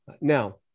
Now